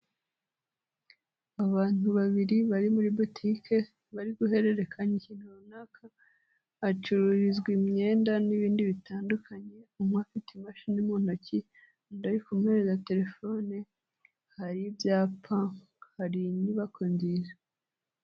Abantu babiri bari muri butike bari guhererekanya ikintu runaka, hacururizwa imyenda n'ibindi bitandukanye, umwe afite imashini mu ntoki, undi ari kumuhereza telefone, hari ibyapa, hari inyubako nziza.